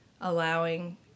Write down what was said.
allowing